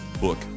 book